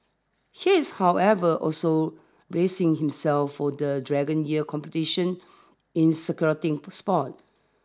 he is however also bracing himself for the Dragon Year competition in securing a spot